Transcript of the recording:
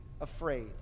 afraid